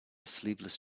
sleeveless